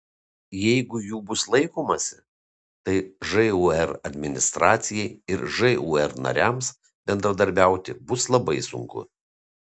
jeigu jų bus laikomasi tai žūr administracijai ir žūr nariams bendradarbiauti bus labai sunku